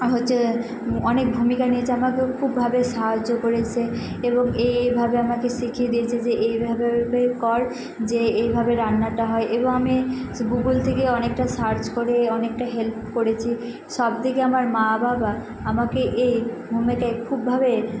হচ্ছে অনেক ভূমিকা নিয়েছে আমাকেও খুবভাবে সাহায্য করেছে এবং এই এইভাবে আমাকে শিখিয়ে দিয়েছে যে এই এইভাবে এইভাবে কর যে এইভাবে রান্নাটা হয় এবং আমি গুগল থেকে অনেকটা সার্চ করে অনেকটা হেল্প করেছি সব থেকে আমার মা বাবা আমাকে এই ভূমিকায় খুবভাবে